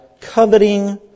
coveting